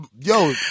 Yo